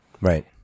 Right